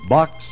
Box